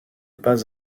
pas